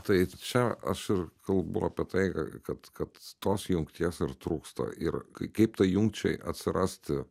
taip čia aš ir kalbu apie tai kad kad tos jungties ir trūksta ir kaip tai jungčiai atsirasti